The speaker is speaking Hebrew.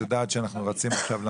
את יודעת שאנחנו רצים עכשיו למליאה.